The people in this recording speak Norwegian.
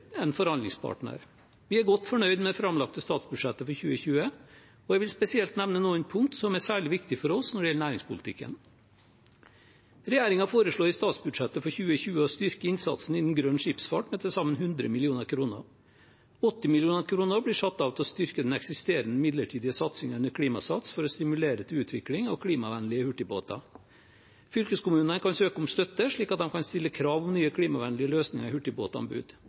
Vi er godt fornøyd med det framlagte statsbudsjettet for 2020, og jeg vil spesielt nevne noen punkt som er særlig viktige for oss når det gjelder næringspolitikken. Regjeringen foreslår i statsbudsjettet for 2020 å styrke innsatsen innen grønn skipsfart med til sammen 100 mill. kr, der 80 mill. kr blir satt av til å styrke den eksisterende, midlertidige satsingen under Klimasats for å stimulere til utvikling av klimavennlige hurtigbåter. Fylkeskommunene kan søke om støtte, slik at de kan stille krav om nye klimavennlige løsninger i hurtigbåtanbud.